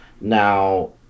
Now